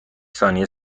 ثانیه